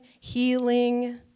healing